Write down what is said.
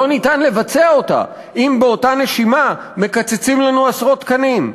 לא ניתן לבצע אותה אם באותה נשימה מקצצים לנו עשרות תקנים.